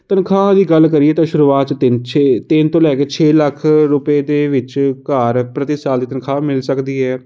ਤਨਖਾਹ ਦੀ ਗੱਲ ਕਰੀਏ ਤਾਂ ਸ਼ੁਰੂਆਤ ਤਿੰਨ ਛੇ ਤਿੰਨ ਤੋਂ ਲੈ ਕੇ ਛੇ ਲੱਖ ਰੁਪਏ ਦੇ ਵਿੱਚ ਘਰ ਪ੍ਰਤੀ ਸਾਲ ਦੀ ਤਨਖਾਹ ਮਿਲ ਸਕਦੀ ਹੈ